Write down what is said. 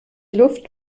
luft